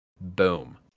Boom